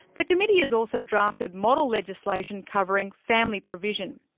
the committee has also drafted model legislation covering family provision.